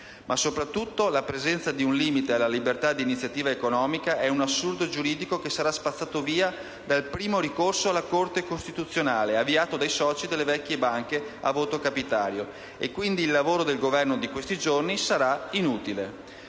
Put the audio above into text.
Ma soprattutto, la presenza di un limite alla libertà di iniziativa economica è un assunto giuridico, che sarà spazzato via dal primo ricorso alla Corte costituzionale avviato dai soci delle vecchie banche a voto capitario. [**Presidenza del vice presidente